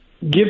give